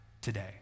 today